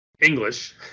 English